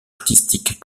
artistique